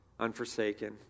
unforsaken